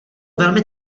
velmi